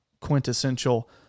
quintessential